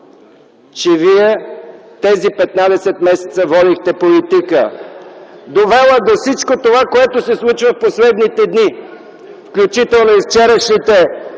че вие тези 15 месеца водихте политика довела до всичко това, което се случва в последните дни, включително и вчерашните